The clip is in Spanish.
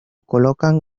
colocan